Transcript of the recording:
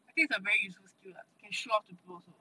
I think its a very useful skill lah can show off to people also